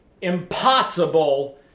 impossible